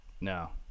No